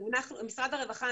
משרד הרווחה,